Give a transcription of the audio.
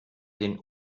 den